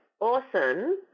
awesome